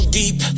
deep